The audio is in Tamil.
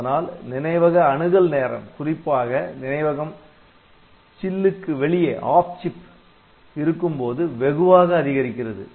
அதனால் நினைவக அணுகல் நேரம் குறிப்பாக நினைவகம் சில்லுக்கு வெளியே இருக்கும்போது வெகுவாக அதிகரிக்கிறது